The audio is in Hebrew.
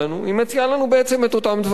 היא מציעה לנו את אותם דברים: